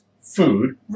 food